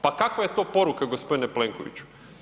Pa kakva je to poruka gospodine Plenkoviću?